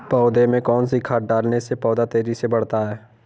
पौधे में कौन सी खाद डालने से पौधा तेजी से बढ़ता है?